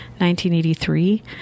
1983